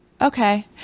okay